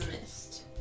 mist